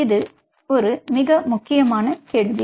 இது ஒரு முக்கியமான கேள்வி